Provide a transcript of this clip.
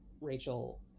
Rachel